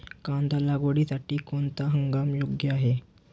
कांदा लागवडीसाठी कोणता हंगाम योग्य आहे?